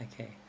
Okay